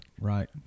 right